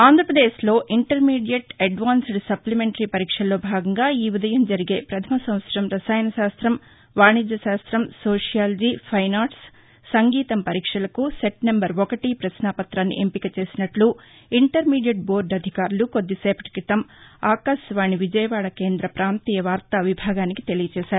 ఆంధ్రప్రదేశ్లో intermediate advanced supplementary పరీక్షల్లో భాగంగా ఈ ఉదయం జరిగే పథమ సంవత్సరం రసాయన శాస్త్రం వాణిజ్య శాస్త్రం సోషియాలజీ ఫైన్ ఆర్ట్ సంగీతం పరీక్షలకు సెట్ నెంబర్ ఒకటి ప్రపశ్నా పత్రాన్ని ఎంపిక చేసినట్లు ఇంటర్మీడియట్ బోర్గు అధికారులు కొద్దిసేపటి క్రితం ఆకాశవాణి విజయవాడ కేంద్ర ప్రాంతీయ వార్తా విభాగానికి తెలిపారు